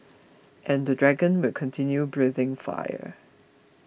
and the dragon will continue breathing fire